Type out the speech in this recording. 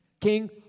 King